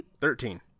Thirteen